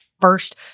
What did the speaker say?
first